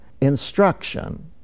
instruction